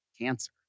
cancer